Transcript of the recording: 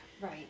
right